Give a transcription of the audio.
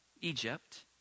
Egypt